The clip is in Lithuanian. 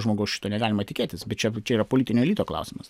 žmogaus šito negalima tikėtis bet čia čia yra politinio elito klausimas